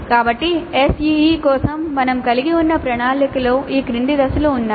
కాబట్టి SEE కోసం మేము కలిగి ఉన్న ప్రణాళికలో ఈ క్రింది దశలు ఉన్నాయి